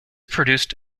produced